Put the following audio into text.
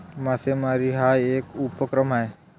मासेमारी हा एक उपक्रम आहे